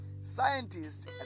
scientists